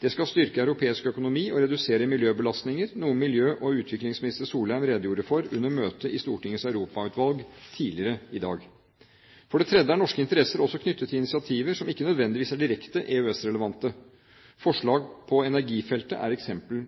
Det skal styrke europeisk økonomi og redusere miljøbelastninger, noe miljø- og utviklingsminister Solheim redegjorde for under møtet i Stortingets europautvalg tidligere i dag. For det tredje er norske interesser også knyttet til initiativer som ikke nødvendigvis er direkte EØS-relevante. Forslag på energifeltet er eksempler